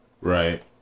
Right